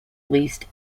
leased